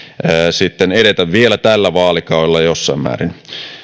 sitten edetä vielä tällä vaalikaudella jossain määrin